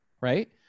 right